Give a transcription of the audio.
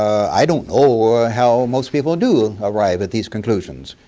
i don't know ah how most people do arrive at these conclusions.